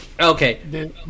Okay